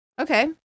okay